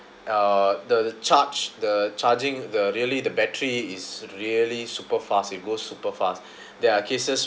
uh the charge the charging the really the battery is really super fast it goes super fast there are cases